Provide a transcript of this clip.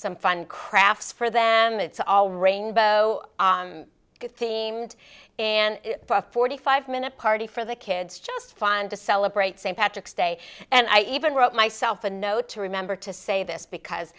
some fun crafts for them it's all rainbow themed and forty five minute party for the kids just fun to celebrate st patrick's day and i even wrote myself a note to remember to say this because